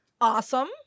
Awesome